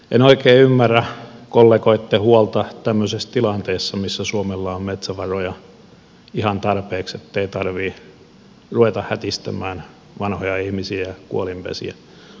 en oikein ymmärrä kollegoitten huolta tämmöisessä tilanteessa missä suomella on metsävaroja ihan tarpeeksi ei tarvitse ruveta hätistämään vanhoja ihmisiä ja kuolinpesiä